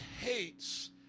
hates